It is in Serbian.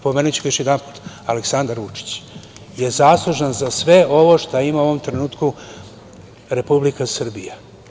Pomenuću ga još jedanput – Aleksandar Vučić je zaslužan za sve ovo što ima u ovom trenutku Republika Srbija.